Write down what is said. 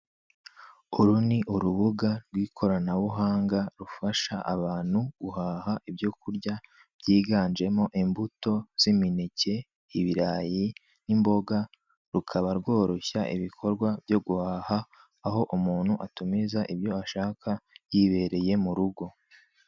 Uru ni urubuga rw'ikoranabuhanga rufasha abantu guhaha ibyo kurya byiganjemo imbuto z'imineke, ibirayi n'imboga. Rukaba rworoshya ibikorwa byo guhaha, aho umuntu atumiza ibyo ashaka yibereye mu rugo.